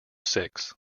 six